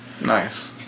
Nice